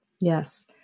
Yes